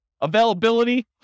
Availability